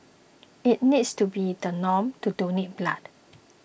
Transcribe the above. it needs to be the norm to donate blood